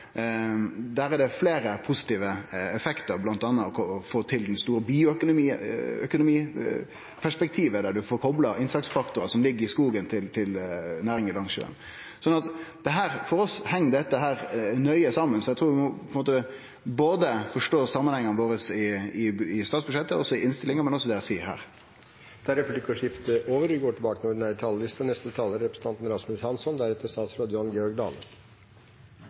Der er det fleire positive effektar, bl.a. å få til det store bioøkonomiperspektivet, der ein får kopla innsatsfaktorar som ligg i skogen, til næringar langs sjøen. Så for oss heng dette nøye saman. Ein må forstå samanhengane våre i statsbudsjettet og i innstillinga, men òg det eg seier her. Replikkordskiftet er over. Miljøpartiet De Grønne støtter helhjertet opp om en utvikling der